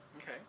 Okay